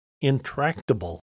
intractable